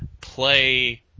play